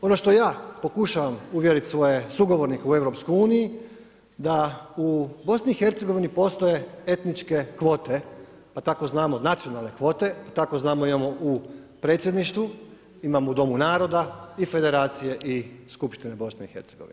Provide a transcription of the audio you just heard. Ono što ja pokušavam uvjerit svoje sugovornike u EU da u BiH postoje etničke kvote, nacionalne kvote, tako znamo imamo u predsjedništvu, imamo u Domu naroda i Federacije i skupštine BiH.